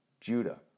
Judah